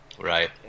Right